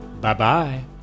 Bye-bye